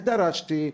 ודרשתי,